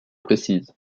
précise